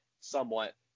somewhat